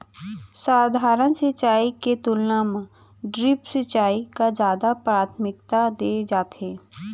सधारन सिंचाई के तुलना मा ड्रिप सिंचाई का जादा प्राथमिकता दे जाथे